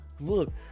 look